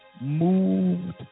moved